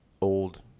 old